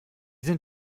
sind